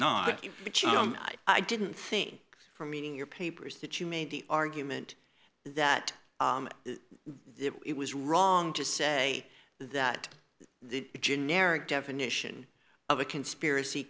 not i didn't think from meeting your papers that you made the argument that it was wrong to say that the generic definition of a conspiracy